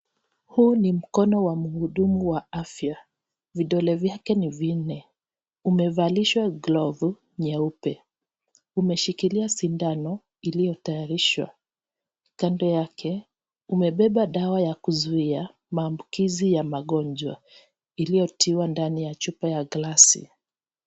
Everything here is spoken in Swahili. Huu ni mkono wa mhudumu wa afya. Vidole vyake ni vinne. Umevalishwa glovu nyeupe. Umeshikilia sindano iliyotayarishwa. Kando yake, imebeba dawa ya kuzuia maambukizi ya magonjwa, iliyotiwa ndani ya glasi.